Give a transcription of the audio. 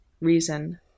reason